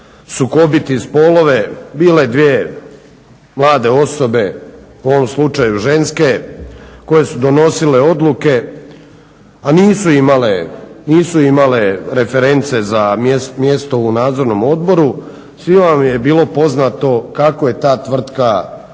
sukobiti spolove bile dvije mlade osobe u ovom slučaju ženske koje su donosile odluke, a nisu imale reference za mjesto u nadzornom odboru. Svima vam je bilo poznato kako je ta tvrtka